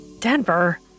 Denver